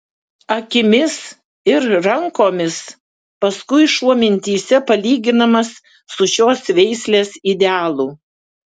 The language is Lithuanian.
akimis ir rankomis paskui šuo mintyse palyginamas su šios veislės idealu